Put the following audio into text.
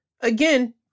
again